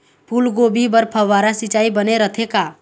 फूलगोभी बर फव्वारा सिचाई बने रथे का?